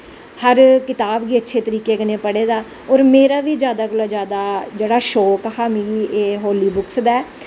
हर इक कताब गी अच्छे तरीके कन्नै पढ़े दा ऐ और मेरा बी जादा कोला दा जादा जेह्ड़ा शौक हा ओह् होली बुक्स दा ऐ